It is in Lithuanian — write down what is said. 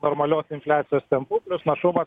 normalios infliacijos tempu našumas